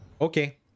Okay